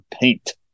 paint